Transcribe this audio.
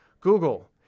Google